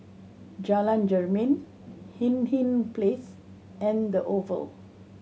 Jalan Jermin Hindhede Place and The Oval